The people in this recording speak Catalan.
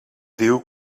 diu